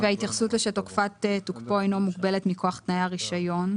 ל-שתקופת תוקפו אינו מוגבלת מכוח תנאי הרישיון?